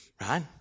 right